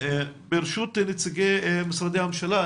ברשות נציגי משרדי הממשלה,